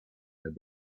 their